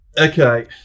okay